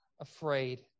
afraid